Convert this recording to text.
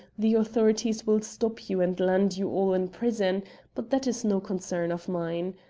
the authorities will stop you and land you all in prison but that is no concern of mine.